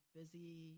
busy